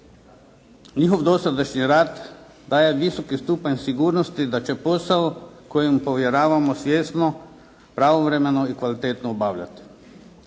Njihov dosadašnji rad daje visok stupanj sigurnosti da će posao koji im povjeravamo svjesno, pravovremeno i kvalitetno obavljati.